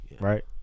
Right